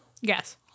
yes